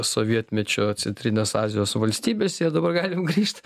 sovietmečio centrinės azijos valstybėse ir dabar galim grįžt